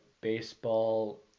baseball